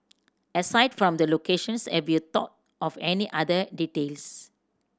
aside from the location have you thought of any other details